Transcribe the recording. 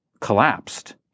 collapsed